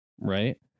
right